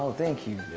thank you.